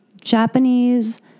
Japanese